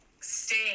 stay